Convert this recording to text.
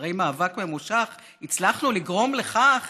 אחרי מאבק ממושך הצלחנו לגרום לכך